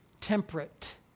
temperate